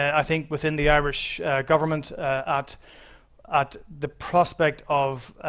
i think, within the irish government at at the prospect of,